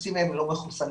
חצי מהם לא מחוסנים.